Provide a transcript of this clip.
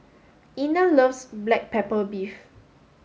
Ina loves black pepper beef